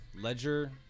Ledger